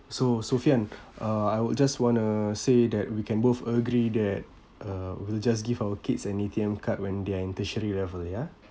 so sophian uh I would just wanna say that we can both agree that uh we'll just give our kids an A_T_M card when they are in tertiary level ya